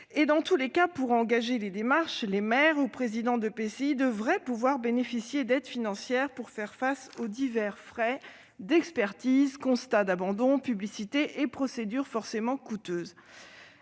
? Dans tous les cas, pour engager les démarches, les maires ou présidents d'EPCI devraient pouvoir bénéficier d'aides financières pour faire face aux divers frais liés aux expertises, aux constats d'abandon, à la publicité et aux autres procédures forcément coûteuses.